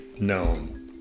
known